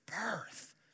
birth